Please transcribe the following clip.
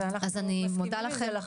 אז אני מודה לכם.